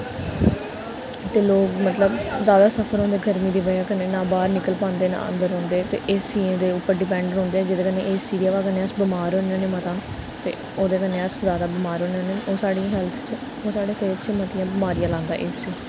ते लोक मतलब ज्यादा सफर होंदे गर्मी दी बजह कन्नै ना बाह्र निकल पांदे ना अंदर रौंह्दे ते एसियें दे उप्पर डिपेंड रौंह्दे जेह्दे कन्नै ए सी दी हवा कन्नै अस बमार होन्ने होन्ने मता ते ओह्दे कन्नै अस ज्यादा बमार होन्ने होन्ने ओह् साढ़ी हैल्थ च ओह् साढ़ी सेह्त च मतियां बमारियां लांदा ए सी